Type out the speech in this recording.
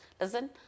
listen